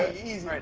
ah easy. alright,